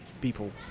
people